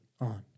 on